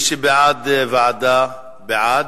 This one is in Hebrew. מי שבעד ועדה, בעד,